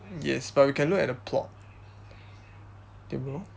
yes but we can look at the plot tio bo